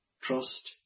trust